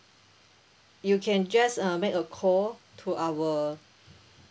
you can just uh make a call to our